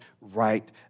right